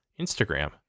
Instagram